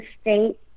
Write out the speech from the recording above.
state